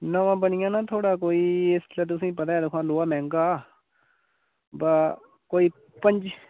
नमां बनी जाना थुआढ़ा कोई इसलै तुसें ई पता ऐ दिक्खो आं लोहा मैह्ंगा बा कोई पं'जी